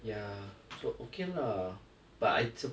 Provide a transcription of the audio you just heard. ya so okay lah but I s~